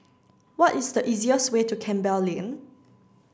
what is the easiest way to Campbell Lane